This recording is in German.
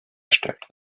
gestellt